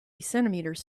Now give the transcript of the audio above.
centimeters